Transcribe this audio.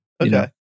Okay